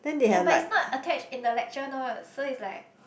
ya but it's not attached in the lecture notes so it's like